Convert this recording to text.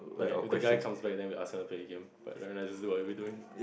okay and the guy comes back then we ask them play a game but right now this is what are we doing